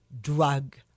drug